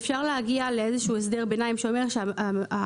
אפשר להגיע לאיזשהו הסדר ביניים שאומר שהנגרר